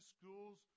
schools